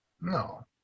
No